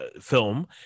film –